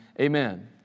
amen